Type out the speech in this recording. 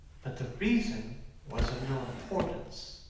but the reason was of no importance.